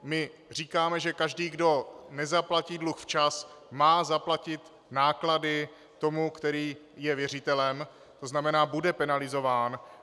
My říkáme, že každý, kdo nezaplatí dluh včas, má zaplatit náklady tomu, který je věřitelem, to znamená, bude penalizován.